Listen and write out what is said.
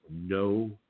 no